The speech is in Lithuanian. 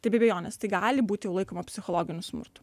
tai be abejonės tai gali būti laikoma psichologiniu smurtu